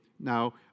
Now